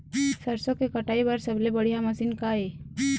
सरसों के कटाई बर सबले बढ़िया मशीन का ये?